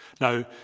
Now